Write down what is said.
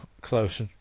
close